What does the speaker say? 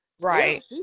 Right